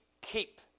keep